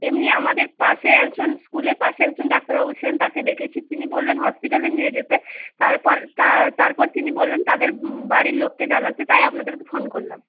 এমনি আমাদের পাশে একজন স্কুলের পাশে একজন ডাক্তারবাবু ছিলেন তাকে ডেকেছি তিনি বললেন হসপিটালে নিয়ে যেতে তারপর তারপর তিনি বললেন তাদের বাড়ির লোককে জানাতে তাই আপনাদেরকে ফোন করলাম